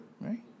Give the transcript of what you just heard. right